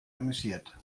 amüsiert